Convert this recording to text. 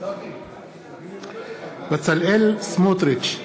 בצלאל סמוטריץ,